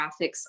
graphics